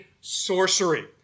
sorcery